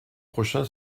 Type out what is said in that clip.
prochain